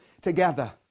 together